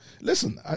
listen